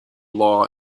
law